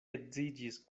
edziĝis